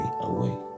away